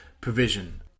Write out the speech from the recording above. provision